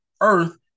Earth